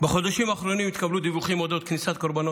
בחודשים האחרונים התקבלו דיווחים על כניסת קורבנות